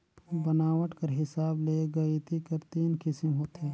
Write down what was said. बनावट कर हिसाब ले गइती कर तीन किसिम होथे